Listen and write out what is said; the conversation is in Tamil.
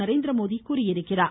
நரேந்திரமோதி தெரிவித்துள்ளார்